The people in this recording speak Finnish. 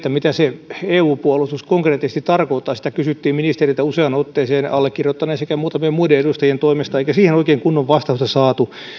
mitä se eu puolustus konkreettisesti tarkoittaa kysyttiin ministeriltä useaan otteeseen allekirjoittaneen sekä muutamien muiden edustajien toimesta eikä siihen oikein kunnon vastausta saatu